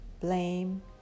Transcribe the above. Blame